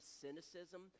cynicism